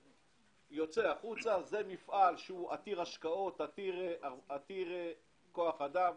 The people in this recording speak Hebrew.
זה מפעל עתיר השקעות, עתיר כוח אדם.